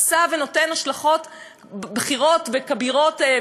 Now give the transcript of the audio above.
עשה ונותן השלכות בכירות וכבירות,